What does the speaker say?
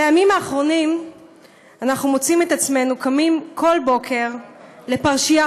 בימים האחרונים אנחנו מוצאים את עצמנו קמים כל בוקר לפרשייה